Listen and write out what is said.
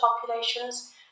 populations